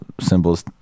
symbols